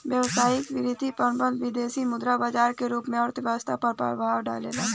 व्यावसायिक वित्तीय प्रबंधन विदेसी मुद्रा बाजार के रूप में अर्थव्यस्था पर प्रभाव डालेला